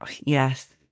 Yes